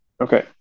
Okay